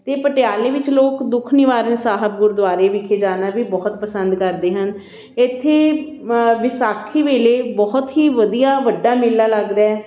ਅਤੇ ਪਟਿਆਲੇ ਵਿੱਚ ਲੋਕ ਦੁੱਖ ਨਿਵਾਰਨ ਸਾਹਿਬ ਗੁਰਦੁਆਰੇ ਵਿਖੇ ਜਾਣਾ ਵੀ ਬਹੁਤ ਪਸੰਦ ਕਰਦੇ ਹਨ ਇੱਥੇ ਵਿਸਾਖੀ ਵੇਲੇ ਬਹੁਤ ਹੀ ਵਧੀਆ ਵੱਡਾ ਮੇਲਾ ਲੱਗਦਾ